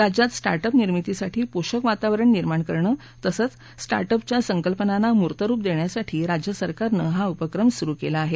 राज्यात start up निर्मितीसाठी पोषक वातावरण निर्माण करणं तसंच स्टार्ट अप च्या संकल्पनांना मूर्तरुप देण्यासाठी राज्यसरकारनं हा उपक्रम सुरु केला आहे